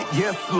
yes